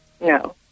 No